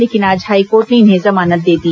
लेकिन आज हाईकोर्ट ने इन्हें जमानत दे दी